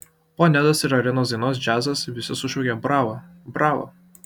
po nedos ir arinos dainos džiazas visi šaukė bravo bravo